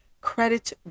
credit